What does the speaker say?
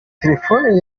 telephone